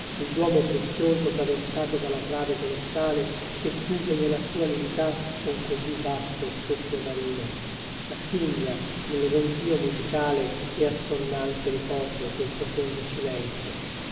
il duomo prezioso traversato dalla trave colossale che chiude nella sua nudità un così vasto soffio marino a signa nel ronzìo musicale e assonnante ricordo quel profondo silenzio